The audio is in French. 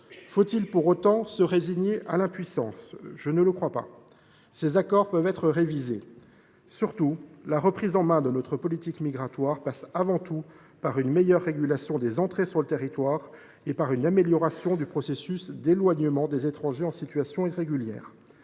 Faut il pour autant se résigner à l’impuissance ? Je ne le crois pas, car ces accords peuvent être révisés. Surtout, la reprise en main de notre politique migratoire passe avant tout par une meilleure régulation des entrées sur le territoire et par une amélioration du processus d’éloignement des étrangers en situation irrégulière.